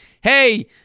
Hey